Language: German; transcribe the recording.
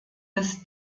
das